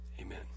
amen